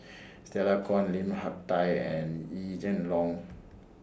Stella Kon Lim Hak Tai and Yee Jenn Jong